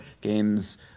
games